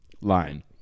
Line